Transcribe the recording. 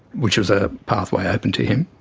which was a pathway open to him.